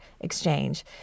exchange